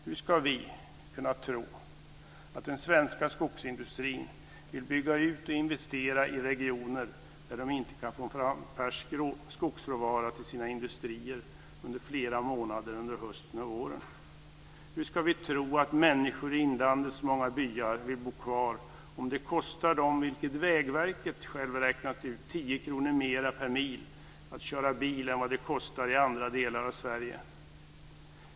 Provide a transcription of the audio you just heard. Hur ska vi kunna tro att den svenska skogsindustrin vill bygga ut och investera i regioner där den inte kan få fram färsk skogsråvara till sina industrier under flera månader under hösten och våren? Hur ska vi tro att människor i inlandets många byar vill bo kvar om det kostar dem - vilket Vägverket självt räknat ut - 10 kr mera per mil att köra bil än vad det kostar i andra delar av Sverige?